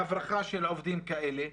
בהברחה של עובדים כאלה,